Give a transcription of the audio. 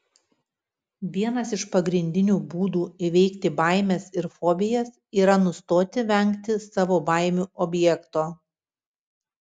vienas iš pagrindinių būdų įveikti baimes ir fobijas yra nustoti vengti savo baimių objekto